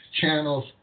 channels